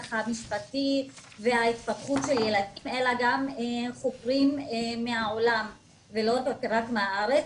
המשפטי וההתפתחות של ילדים אלא גם חוקרים מהעולם ולא רק מהארץ.